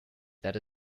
that